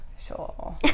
Sure